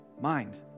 mind